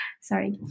Sorry